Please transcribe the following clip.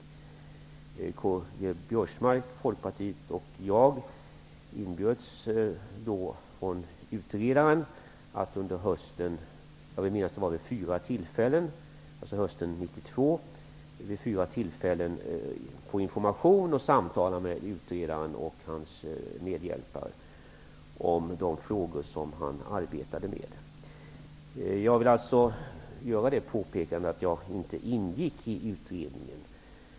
Karl-Göran Biörsmark från Folkpartiet och jag fick en inbjudan från utredaren att under hösten 1992 vid, vill jag minnas, fyra tillfällen få information och samtala med utredaren och hans medhjälpare om de frågor som han arbetade med. Jag ingick alltså inte i utredningen.